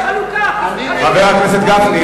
חבר הכנסת גפני.